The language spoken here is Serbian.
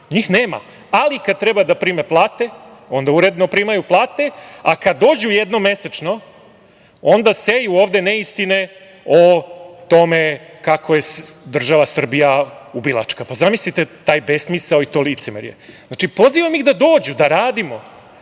Njih nema, ali kada treba da prime plate, onda uredno primaju plate, a kada dođu jednom mesečno, onda seju ovde neistine o tome kako je država Srbija ubilačka. Zamislite taj besmisao i to licemerje. Pozivam ih da dođu, da radimo.